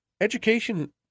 education